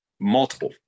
multiple